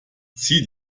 zieh